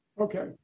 Okay